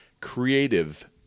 Creative